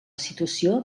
situació